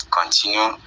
continue